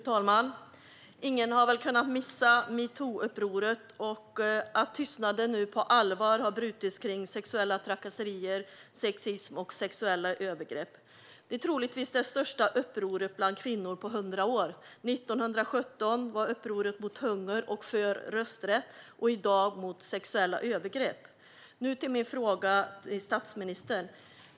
Fru talman! Ingen har väl kunnat missa metoo-upproret. Tystnaden har nu på allvar brutits kring sexuella trakasserier, sexism och sexuella övergrepp. Det är troligtvis det största upproret bland kvinnor på 100 år. År 1917 var det ett uppror mot hunger och för rösträtt. I dag är det ett uppror mot sexuella övergrepp.